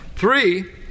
Three